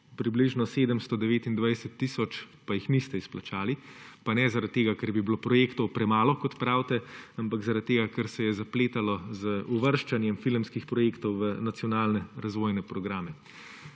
približno 729 tisoč pa jih niste izplačali; pa ne zaradi tega, ker bi bilo projektov premalo, kot pravite, ampak zaradi tega, ker se je zapletalo z uvrščanjem filmskih projektov v nacionalne razvojne programe.